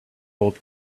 old